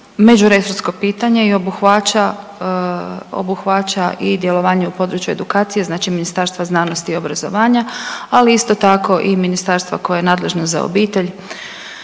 međuresorsko pitanje i obuhvaća i djelovanje u području edukacije znači Ministarstva znanosti i obrazovanja, ali isto tako i ministarstva koje je nadležno za obitelj.